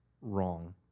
wrong